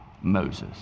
Moses